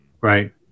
Right